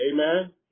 Amen